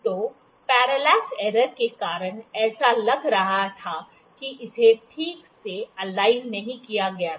तो parallax error के कारण ऐसा लग रहा था कि इसे ठीक से संरेखित नहीं किया गया था